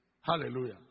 Hallelujah